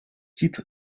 titre